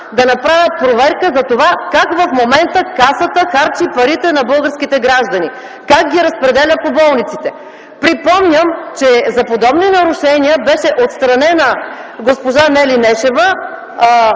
да направят проверка как в момента Касата харчи парите на българските граждани, как ги разпределя по болниците. Припомням, че за подобни нарушения беше отстранена госпожа Жени Начева.